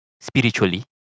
spiritually